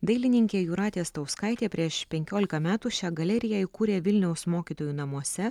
dailininkė jūratė stauskaitė prieš penkiolika metų šią galeriją įkūrė vilniaus mokytojų namuose